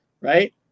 right